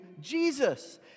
Jesus